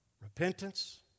Repentance